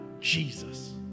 Jesus